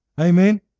Amen